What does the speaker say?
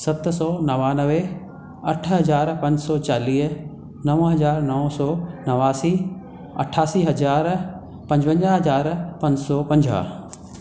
सत सौ नवानवे अठ हज़ार पंज सौ चालीह नव हज़ार नव सौ नवासी अठासी हज़ार पंजवंजाहु हज़ार पंज सौ पंजाहु